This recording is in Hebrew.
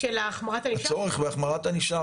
הצורך בהחמרת ענישה,